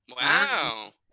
Wow